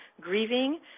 grieving